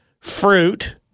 Fruit